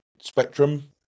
spectrum